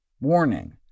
Warning